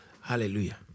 Hallelujah